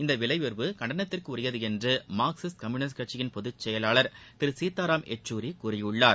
இந்த விலை உயர்வு கண்டனத்திற்குரியது என்ற மார்க்சிஸ்ட் கம்யுனிஸ்ட் கட்சியின் பொதுச்செயலாளர் திரு சீதாராம் யச்சூரி கூறியுள்ளார்